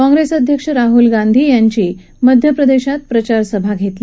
काँग्रेस अध्यक्ष राहुल गांधी यांनी मध्यप्रदेशात प्रचार केला